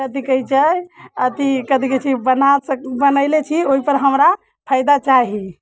कथी कहै छै अथी कथी कहै छै बना सक बनैले छी ओइपर हमरा फाइदा चाही